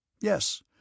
Yes